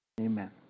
Amen